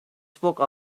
spoke